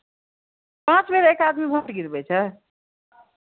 पाँच बेर एक आदमी भोट गिरबै छै